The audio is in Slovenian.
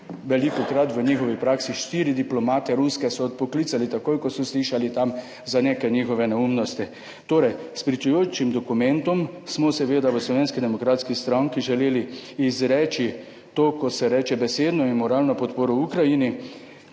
velikokrat v njihovi praksi, štiri diplomate ruske so odpoklicali takoj, ko so slišali tam za neke njihove neumnosti. Torej, s pričujočim dokumentom smo seveda v Slovenski demokratski stranki želeli izreči to, ko se reče besedno in moralno podporo Ukrajini,